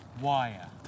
wire